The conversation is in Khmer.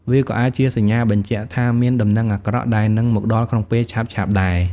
វាក៏អាចជាសញ្ញាបញ្ជាក់ថាមានដំណឹងអាក្រក់ដែលនឹងមកដល់ក្នុងពេលឆាប់ៗដែរ។